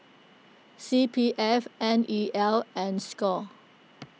C P F N E L and Score